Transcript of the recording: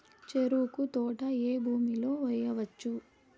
చెరుకు తోట ఏ భూమిలో వేయవచ్చు?